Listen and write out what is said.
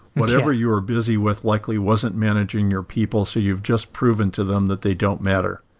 whatever you're busy with likely wasn't managing your people, so you've just proven to them that they don't matter.